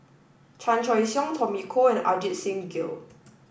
Chan Choy Siong Tommy Koh and Ajit Singh Gill